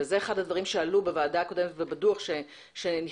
וזה אחד הדברים שעלו בוועדה הקודמת ובדו"ח שנכתב,